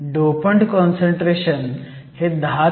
dopant concentration हे 1017 आहे